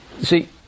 See